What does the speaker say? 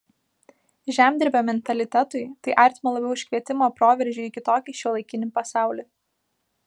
žemdirbio mentalitetui tai artima labiau už kvietimą proveržiui į kitokį šiuolaikinį pasaulį